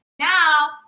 Now